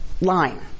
line